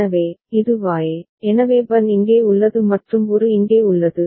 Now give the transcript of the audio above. எனவே இது Y எனவே Bn இங்கே உள்ளது மற்றும் ஒரு இங்கே உள்ளது